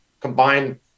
combine